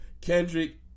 Kendrick